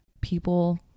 people